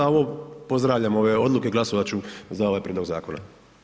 A ovo pozdravljam, ove odluke, glasovat ću za ovaj prijedlog zakona.